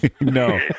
No